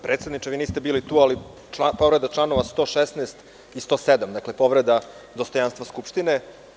Predsedniče, niste bili tu, ali povređeni su članovi 116. i 107, povreda dostojanstva Skupštine.